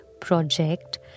project